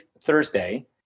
Thursday